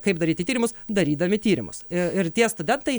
kaip daryti tyrimus darydami tyrimus i ir tie studentai